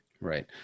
Right